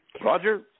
Roger